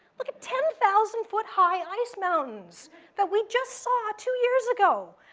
look, ten thousand foot high ice mountains that we just saw two years ago!